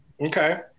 Okay